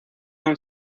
han